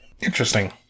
Interesting